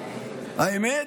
האמת,